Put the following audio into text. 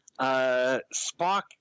Spock